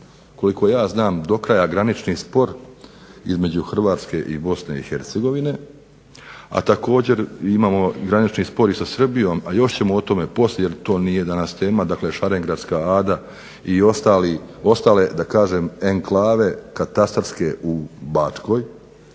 koliko ja znam do kraja granični spor između Hrvatske i Bosne i Hercegovine. A također imamo i granični spor i sa Srbijom, a još ćemo o tome poslije jer to nije danas tema. Dakle, Šarengradska Ada i ostale da kažem enklave katastarske u Bačkoj